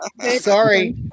Sorry